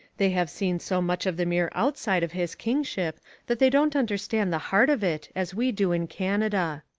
they have seen so much of the mere outside of his kingship that they don't understand the heart of it as we do in canada.